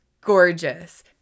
gorgeous